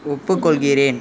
ஒப்புக் கொள்கிறேன்